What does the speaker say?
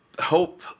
hope